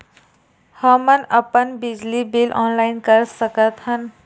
हमन अपन बिजली बिल ऑनलाइन कर सकत हन?